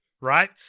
right